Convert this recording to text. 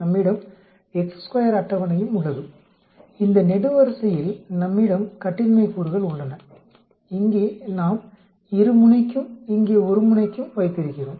நம்மிடம் அட்டவணையும் உள்ளது இந்த நெடுவரிசையில் நம்மிடம் கட்டின்மை கூறுகள் உள்ளன இங்கே நாம் இருமுனைக்கும் இங்கே ஒருமுனைக்கும் வைத்திருக்கிறோம்